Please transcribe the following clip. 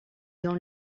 dans